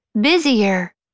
busier